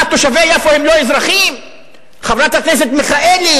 מה, תושבי יפו הם לא אזרחים, חברת הכנסת מיכאלי?